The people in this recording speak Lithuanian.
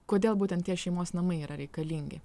kodėl būtent tie šeimos namai yra reikalingi